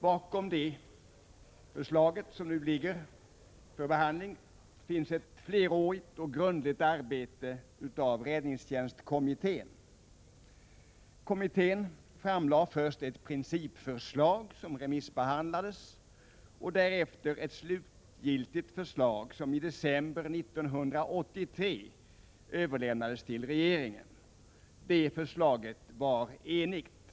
Bakom förslaget ligger ett flerårigt och grundligt arbete av räddningstjänstkommittén. Kommittén framlade först ett principförslag, som remissbehandlades, och därefter ett slutligt förslag, som i december 1983 överlämnades till regeringen. Förslaget var enhälligt.